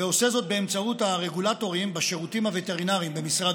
ועושה זאת באמצעות הרגולטורים בשירותים הווטרינריים במשרד